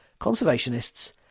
conservationists